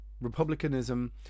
Republicanism